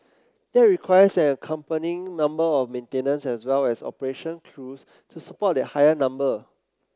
that requires an accompanying number of maintenance as well as operation crews to support that higher number